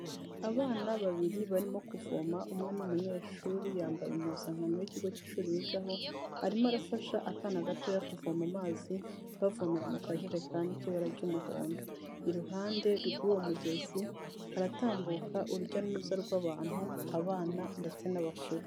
Abana babiri barimo kuvoma, umwe ni umunyeshuri yambaye impuzankano y'ikigo cy'ishuri yigaho, arimo arafasha akana gatoya kuvoma amazi bavomera mu kajerekani k'ibara ry'umuhondo. Iruhande rw'uwo mugezi haratambuka urujya n'uruza rw'abantu, abana ndetse n'abakuru.